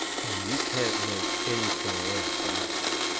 and you can't make anything else out of it,